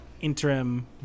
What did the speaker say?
interim